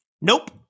Nope